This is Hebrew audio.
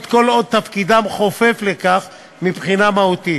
זאת כל עוד תפקידם חופף לכך מבחינה מהותית.